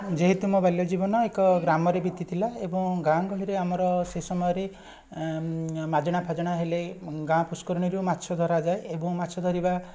ଯେହେତୁ ମୋ ବାଲ୍ୟଜୀବନ ଏକ ଗ୍ରାମରେ ବିତିଥିଲା ଏବଂ ଗାଁ ଗହଳିରେ ଆମର ସେ ସମୟରେ ମାଜଣାଫାଜଣା ହେଲେ ଉଁ ଗାଁ ପୁଷ୍କରିଣୀରୁ ମାଛ ଧରାଯାଏ ଏବଂ ମାଛ ଧରିବା